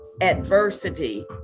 adversity